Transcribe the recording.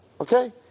Okay